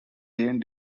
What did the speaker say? jane